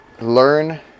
learn